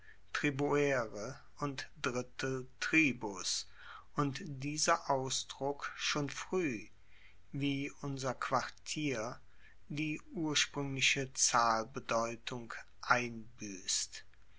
und drittel tribus und dieser ausdruck schon frueh wie unser quartier die urspruengliche zahlbedeutung einbuesst